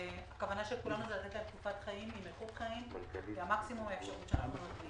הכוונה של כולנו היא לתת להם איכות חיים במקסימום האפשרות שלנו.